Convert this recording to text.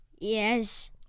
Yes